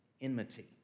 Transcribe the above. enmity